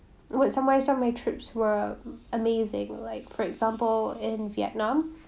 why s~ why so many trips were amazing like for example in vietnam